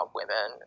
women